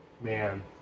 Man